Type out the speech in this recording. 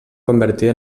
convertir